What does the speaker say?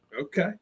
Okay